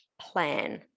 plan